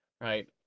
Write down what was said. right